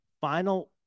final